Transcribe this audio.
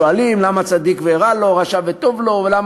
שואלים, למה צדיק ורע לו, רשע וטוב לו, אז